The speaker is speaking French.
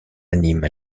anime